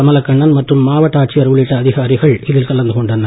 கமலக்கண்ணன் மற்றும் மாவட்ட ஆட்சியர் உள்ளிட்ட அதிகாரிகள் இதில் கலந்து கொண்டனர்